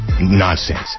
nonsense